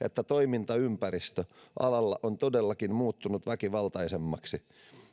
että toimintaympäristö alalla on todellakin muuttunut väkivaltaisemmaksi